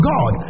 God